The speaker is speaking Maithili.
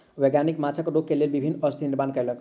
वैज्ञानिक माँछक रोग के लेल विभिन्न औषधि निर्माण कयलक